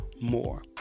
more